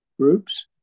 groups